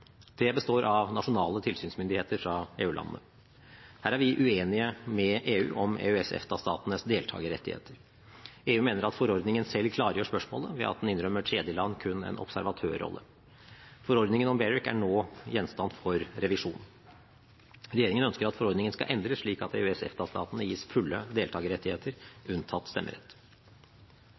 Det består av nasjonale tilsynsmyndigheter fra EU-landene. Her er vi uenige med EU om EØS-/EFTA-statenes deltakerrettigheter. EU mener at forordningen selv klargjør spørsmålet ved at den innrømmer tredjeland kun en observatørrolle. Forordningen om BEREC er nå gjenstand for revisjon. Regjeringen ønsker at forordningen skal endres slik at EØS-/EFTA-statene gis fulle deltakerrettigheter, unntatt stemmerett.